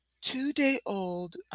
two-day-old